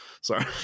sorry